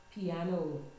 Piano